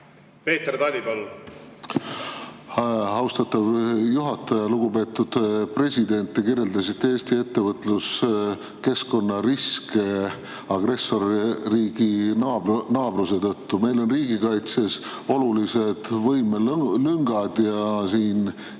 Peeter Tali, palun! Austatud juhataja! Lugupeetud president! Te kirjeldasite Eesti ettevõtluskeskkonna riske agressorriigi naabruse tõttu. Meil on riigikaitses olulised võimelüngad ja siin